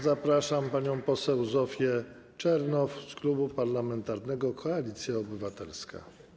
Zapraszam panią poseł Zofię Czernow z Klubu Parlamentarnego Koalicja Obywatelska.